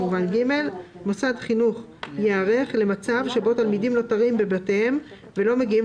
מוסד חינוך ייערך למצב שבו תלמידים נותרים בבתיהם ולא מגיעים